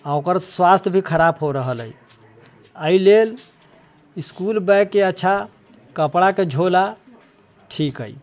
आ ओकर स्वास्थ भी खराब हो रहल अइ एहिलेल इस्कुल बैगके अच्छा कपड़ाके झोला ठीक अइ